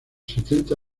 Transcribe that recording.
setenta